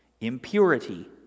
impurity